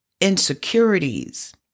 insecurities